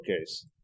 case